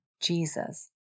Jesus